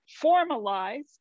formalized